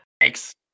Thanks